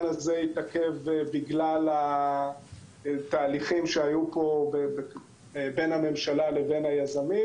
הזה יתעכב בגלל תהליכים שהיו פה בין הממשלה לבין היזמים,